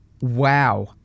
wow